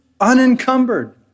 unencumbered